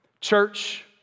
Church